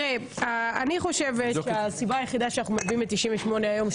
שהסיבה היחידה לכך שאנחנו מביאים את 98 היום,